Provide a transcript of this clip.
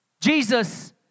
Jesus